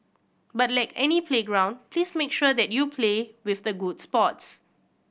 but like any playground please make sure that you play with the good sports